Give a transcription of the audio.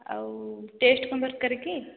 ଆଉ ଟେଷ୍ଟ୍ କ'ଣ ଦରକାର କି